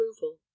approval